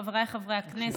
חבריי חברי הכנסת,